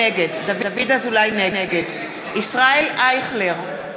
נגד ישראל אייכלר,